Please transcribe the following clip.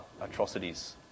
atrocities